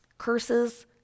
curses